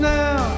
now